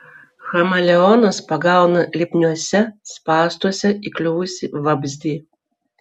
chameleonas pagauna lipniuose spąstuose įkliuvusį vabzdį